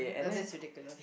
uh that's ridiculous